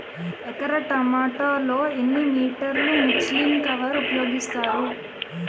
ఎకర టొమాటో లో ఎన్ని మీటర్ లో ముచ్లిన్ కవర్ ఉపయోగిస్తారు?